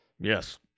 Yes